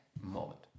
moment